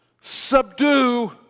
subdue